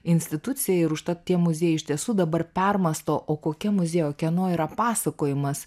institucija ir užtat tie muziejai iš tiesų dabar permąsto o kokia muziejo kieno yra pasakojimas